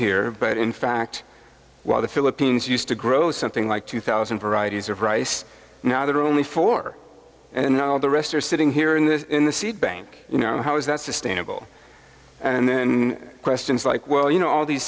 here but in fact while the philippines used to grow something like two thousand pariah days of rice now there are only four and all the rest are sitting here in the in the seed bank you know how is that sustainable and then questions like well you know all these